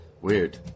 Weird